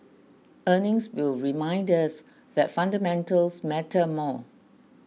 earnings will remind us that fundamentals matter more